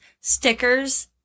stickers